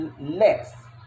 less